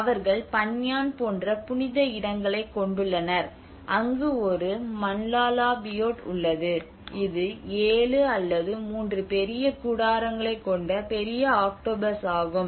அவர்கள் பன்யான் போன்ற புனித இடங்களைக் கொண்டுள்ளனர் அங்கு ஒரு மன்லாலாபியோட் உள்ளது இது 7 அல்லது 3 பெரிய கூடாரங்களைக் கொண்ட பெரிய ஆக்டோபஸாகும்